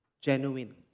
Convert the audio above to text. genuine